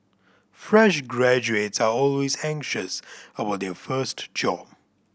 fresh graduates are always anxious about their first job